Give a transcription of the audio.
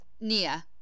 Nia